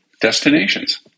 Destinations